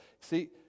See